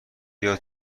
بیا